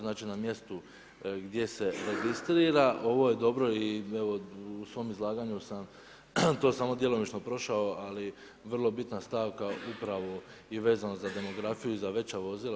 Znači, na mjestu gdje se registrira ovo je dobro i evo, u svom izlaganju sam, to samo djelomično prošao, ali vrlo bitna stavka, upravo i vezano za demografiju i za veća vozila.